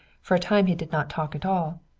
for a time he did not talk at all.